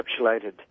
encapsulated